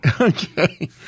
Okay